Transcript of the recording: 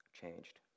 changed